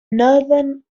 northern